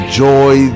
joy